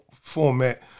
format